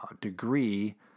degree